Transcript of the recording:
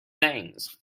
things